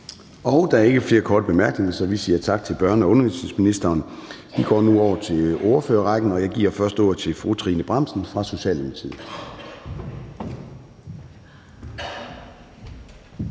Der er ikke flere korte bemærkninger, så vi siger tak til børne- og undervisningsministeren. Vi går nu over til ordførerrækken, og jeg giver først ordet til fru Trine Bramsen fra Socialdemokratiet.